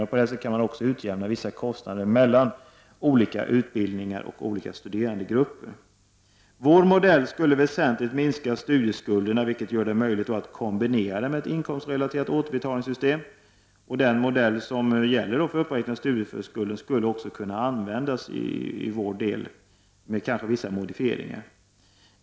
På det här sättet kan man också utjämna vissa kostnader mellan olika utbildningar och olika studerandegrupper. Vår modell skulle väsentligt minska studieskulderna, vilket gör det möjligt att kombinera detta med ett inkomstrelaterat återbetalningssystem. Den modell som gäller för uppräknat studiestöd skulle också kunna användas med vårt förslag, kanske med vissa modifieringar.